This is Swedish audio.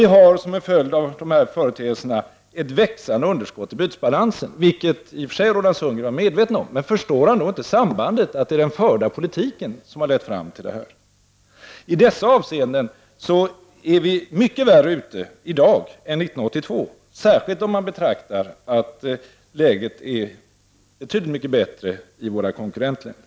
Vi har som en följd av dessa företeelser ett växande underskott i bytesbalansen, vilket i och för sig Roland Sundgren var medveten om. Men förstår han då inte sambandet och att det är den förda politiken som lett fram till den situationen? I dessa avseenden är vi mer illa ute i dag än år 1982, särskilt om man beaktar att läget är betydligt mycket bättre i våra konkurrentländer.